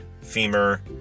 femur